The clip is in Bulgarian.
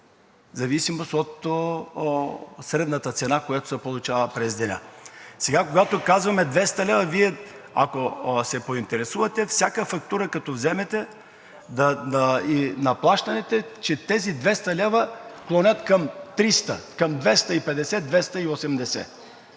в зависимост от средната цена, която се получава през деня. Сега, когато казваме 200 лв., ако се поинтересувате, всяка фактура като вземете, и на плащаните, че тези 200 лв. клонят към 300, към 250 – 280